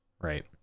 Right